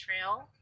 Trail